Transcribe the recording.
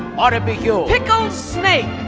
ought to be your pickled snake.